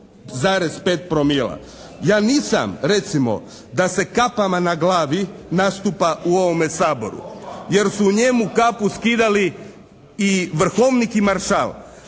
Ja nisam recimo, da se kapama na glavi nastupa u ovome Saboru jer su u njemu kapu skidali i vrhovnik i maršal.